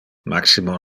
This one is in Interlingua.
maximo